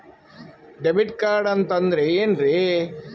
Debit card ಅಂತಂದ್ರೆ ಏನ್ರೀ?